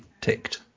ticked